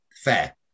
fair